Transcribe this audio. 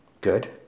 good